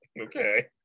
Okay